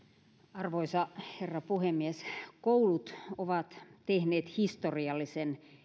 arvoisa herra puhemies koulut ovat tehneet historiallisen